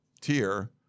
tier